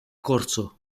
corzo